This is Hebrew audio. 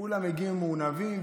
כולם הגיעו מעונבים,